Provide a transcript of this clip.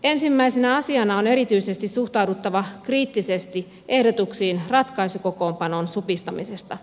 ensimmäisenä asiana on erityisesti suhtauduttava kriittisesti ehdotuksiin ratkaisukokoonpanon supistamisesta